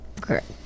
Correct